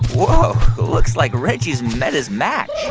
whoa, looks like reggie's met his match